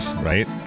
Right